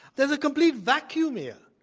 there's a complete vacuum here.